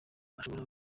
ashobora